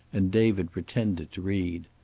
and david pretended to read.